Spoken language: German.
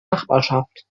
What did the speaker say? nachbarschaft